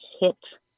hit